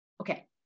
Okay